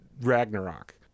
Ragnarok